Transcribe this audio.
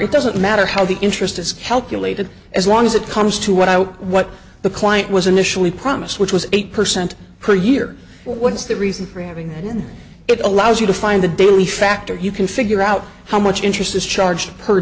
it doesn't matter how the interest is calculated as long as it comes to what i what the client was initially promised which was eight percent per year what is the reason for having it allows you to find the daily factor you can figure out how much interest is charged per